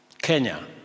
Kenya